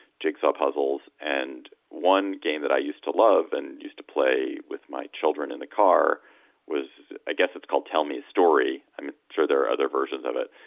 jigsaw puzzles. and one game that i used to love and used to play with my children in the car was, i guess it's called tell me a story. i'm sure there are other versions of it.